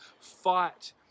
fight